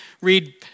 read